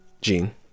Gene